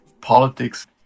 politics